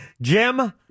Jim